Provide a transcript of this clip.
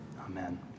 Amen